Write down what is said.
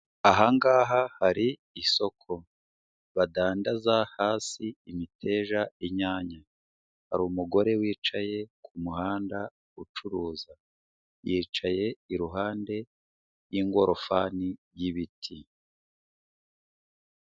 Aha ngaha hari isoko, badandaza hasi imiteja, inyanya, hari umugore wicaye ku muhanda ucuruza, yicaye iruhande rw'ingorofani y'ibiti.